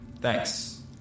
Thanks